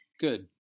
Good